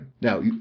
Now